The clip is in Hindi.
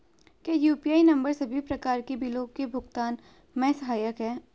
क्या यु.पी.आई नम्बर सभी प्रकार के बिलों के भुगतान में सहायक हैं?